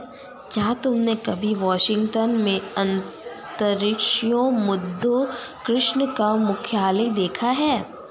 क्या तुमने कभी वाशिंगटन में अंतर्राष्ट्रीय मुद्रा कोष का मुख्यालय देखा है?